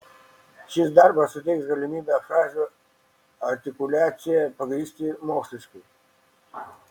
šis darbas suteiks galimybę frazių artikuliaciją pagrįsti moksliškai